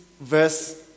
verse